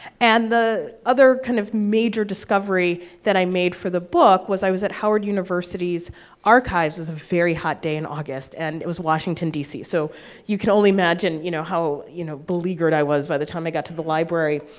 and the other kind of major discovery that i made for the book was i was at howard university's archives, it was a very hot day in august, and it was washington, d. c, so you can only imagine you know how you know beleaguered i was by the time i got to the library,